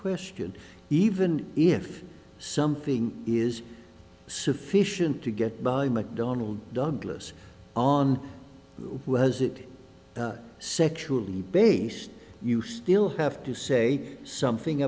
question even if something is sufficient to get mcdonald douglas on was it sexually based you still have to say something